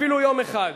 אפילו יום אחד.